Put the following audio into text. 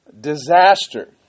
disaster